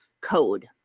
code